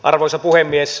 arvoisa puhemies